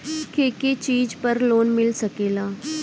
के के चीज पर लोन मिल सकेला?